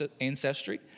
ancestry